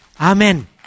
Amen